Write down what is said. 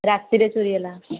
ରାତିରେ ଚୋରି ହେଲା